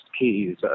keys